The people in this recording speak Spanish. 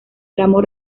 tramo